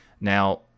now